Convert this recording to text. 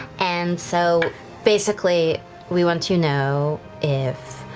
and so basically we want to know if